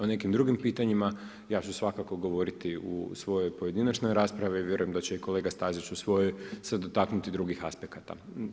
O nekim drugim pitanjima, ja ću svakako govoriti u svojoj pojedinačnoj raspravi, vjerujem da će i kolega Stazić u svojoj se dotaknuti drugih aspekata.